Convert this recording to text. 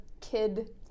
kid